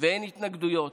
ואין התנגדויות.